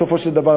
בסופו של דבר,